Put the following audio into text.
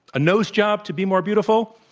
a nose job to be more beautiful?